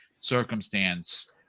circumstance